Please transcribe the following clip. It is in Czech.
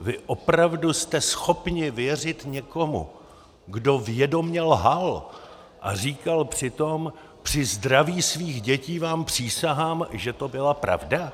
Vy opravdu jste schopni věřit někomu, kdo vědomě lhal a říkal při tom, při zdraví svých dětí vám přísahám, že to byla pravda?